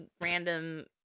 random